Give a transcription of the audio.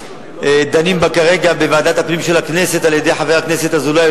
שדנים בה כרגע בוועדת הפנים של הכנסת על-ידי חבר הכנסת אזולאי,